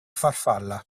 farfalla